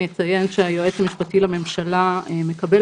אני אציין שהיועץ המשפטי לממשלה מקבל